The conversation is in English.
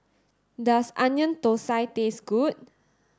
does onion thosai taste good